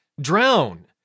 drown